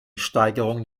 steigerung